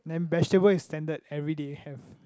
then vegetable is standard everyday have